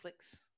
Netflix